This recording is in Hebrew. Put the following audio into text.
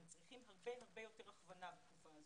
הם צריכים הרבה יותר הכוונה בתקופה הזאת.